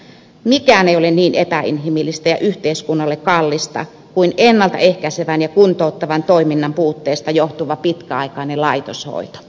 mikään ei ole niin epäinhimillistä ja yhteiskunnalle kallista kuin ennalta ehkäisevän ja kuntouttavan toiminnan puutteesta johtuva pitkäaikainen laitoshoito